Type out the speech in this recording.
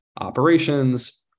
operations